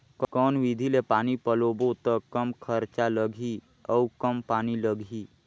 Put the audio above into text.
कौन विधि ले पानी पलोबो त कम खरचा लगही अउ कम पानी लगही?